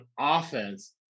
offense